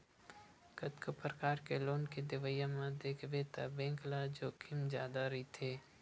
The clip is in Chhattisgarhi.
कतको परकार के लोन के देवई म देखबे त बेंक ल जोखिम जादा रहिथे